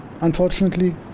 Unfortunately